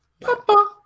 Papa